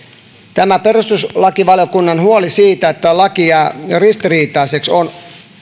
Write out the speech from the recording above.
tämä perustuslakivaliokunnan huoli siitä että laki jää ristiriitaiseksi on